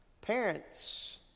Parents